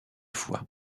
fois